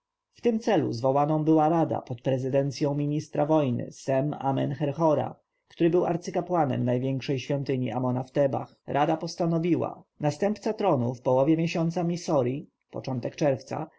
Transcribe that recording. tym celu zwołaną była rada pod prezydencją ministra wojny sem-amen-herhora który był arcykapłanem największej świątyni amona w tebach rada postanowiła następca tronu w połowie miesiąca misori początek czerwca